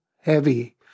heavy